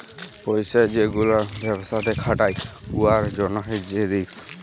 পইসা যে গুলা ব্যবসাতে খাটায় উয়ার জ্যনহে যে রিস্ক